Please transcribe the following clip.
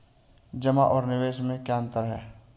जमा और निवेश में क्या अंतर है?